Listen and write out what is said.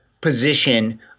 position